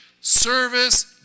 service